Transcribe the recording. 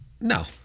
No